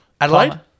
Adelaide